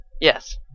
Yes